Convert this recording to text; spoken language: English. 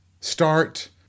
start